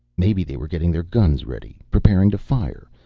maybe they were getting their guns ready, preparing to fire,